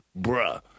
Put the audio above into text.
bruh